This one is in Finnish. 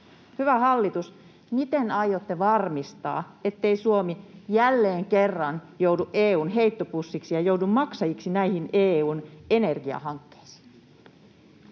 Hyvä hallitus, miten aiotte varmistaa, ettei Suomi jälleen kerran joudu EU:n heittopussiksi ja joudu maksajaksi näihin EU:n energiahankkeisiin?